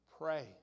Pray